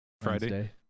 Friday